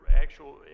actual